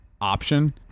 option